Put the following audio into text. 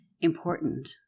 important